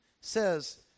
says